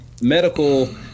medical